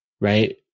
right